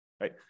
right